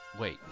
Wait